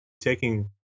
taking